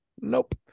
nope